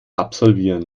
absolvieren